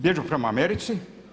Bježe prema Americi.